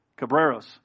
Cabreros